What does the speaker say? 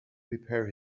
prepare